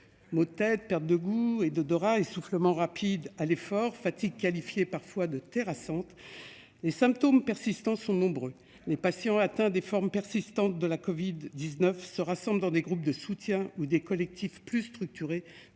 Maux de tête, perte de goût et d'odorat, essoufflement rapide à l'effort, fatigue qualifiée parfois de « terrassante »: les symptômes persistants sont nombreux. Les patients atteints des formes persistantes de la covid-19 se rassemblent dans des groupes de soutien ou des collectifs plus structurés